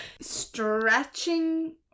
Stretching